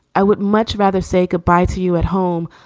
i would much rather say goodbye to you at home.